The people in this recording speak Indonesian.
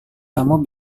kamu